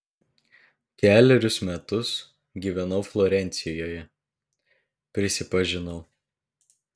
kelerius metus gyvenau florencijoje prisipažinau